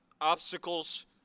obstacles